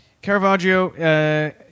Caravaggio